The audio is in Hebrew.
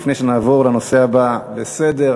לפני שנעבור לנושא הבא לסדר,